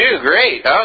Great